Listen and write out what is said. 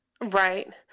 Right